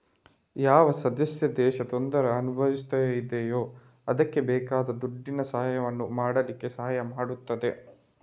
ಯಾವ ಸದಸ್ಯ ದೇಶ ತೊಂದ್ರೆ ಅನುಭವಿಸ್ತಾ ಇದೆಯೋ ಅದ್ಕೆ ಬೇಕಾದ ದುಡ್ಡಿನ ಸಹಾಯವನ್ನು ಮಾಡ್ಲಿಕ್ಕೆ ಸಹಾಯ ಮಾಡ್ತದೆ